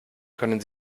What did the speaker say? können